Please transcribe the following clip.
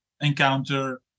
encounter